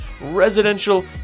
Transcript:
residential